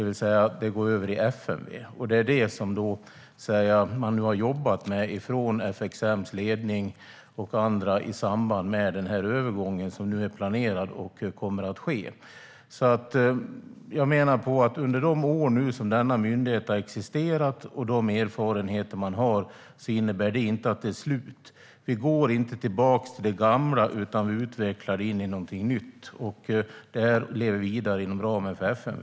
FXM går över i FMV. Det har FXM:s ledning arbetat med i samband med den planerade övergången. Det är inte slutet för de erfarenheter som har byggts upp under de år denna myndighet har existerat. Vi går inte tillbaka till det gamla, utan det sker en utveckling till något nytt som kommer att leva vidare inom ramen för FMV.